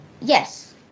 Yes